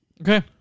Okay